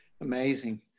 Amazing